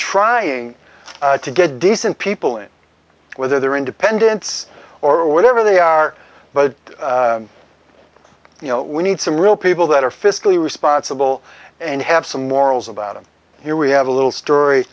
trying to get decent people and whether they're independents or whatever they are but you know we need some real people that are fiscally responsible and have some morals about them here we have a little story